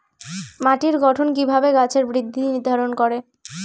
মাটির গঠন কিভাবে গাছের বৃদ্ধি নির্ধারণ করে?